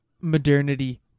modernity